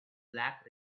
black